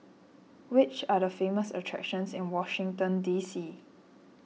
which are the famous attractions in Washington D C